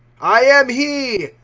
i am he,